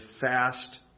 fast